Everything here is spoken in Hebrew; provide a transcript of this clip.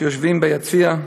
שיושבים ביציע,